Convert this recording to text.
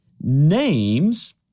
Names